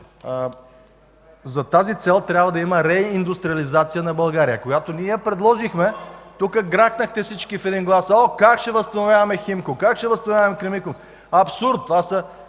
за тази цел трябва да има реиндустриализация на България. Когато ние я предложихме, тук гракнахте всички в един глас: „Оооо, как ще възстановяваме „Химко”?! Как ще възстановяваме „Кремиковци”?! Абсурд! Това са